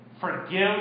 forgive